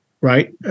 right